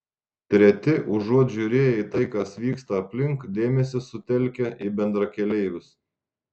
treti užuot žiūrėję į tai kas vyksta aplink dėmesį sutelkia į bendrakeleivius